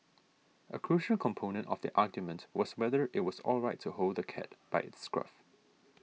a crucial component of the argument was whether it was alright to hold the cat by its scruff